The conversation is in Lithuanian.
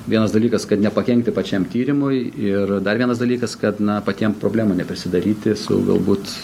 vienas dalykas kad nepakenkti pačiam tyrimui ir dar vienas dalykas kad na patiem problemų neprisidaryti su galbūt